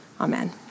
Amen